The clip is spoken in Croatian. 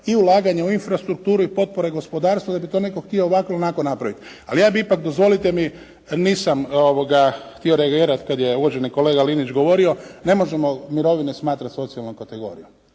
i ulaganje u infrastrukturu i potpore gospodarstvu da bi to netko htio ovako ili onako napraviti. Ali ja bih ipak dozvolite mi nisam htio reagirati kad je uvaženi kolega Linić govorio. Ne možemo mirovine smatrati socijalnom kategorijom.